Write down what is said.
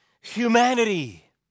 humanity